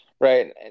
Right